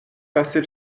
passer